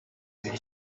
ibiri